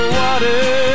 water